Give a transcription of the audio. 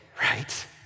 right